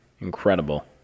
incredible